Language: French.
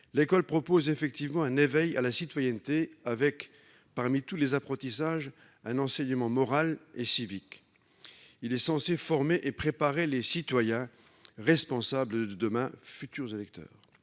l'école propose effectivement un éveil à la citoyenneté au moyen, parmi tous les apprentissages proposés, d'un enseignement moral et civique (EMC). Il est censé former et préparer les citoyens responsables de demain, les futurs électeurs.